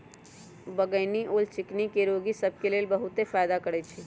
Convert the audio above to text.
बइगनी ओल चिन्नी के रोगि सभ के लेल बहुते फायदा करै छइ